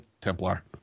Templar